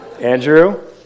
Andrew